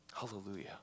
Hallelujah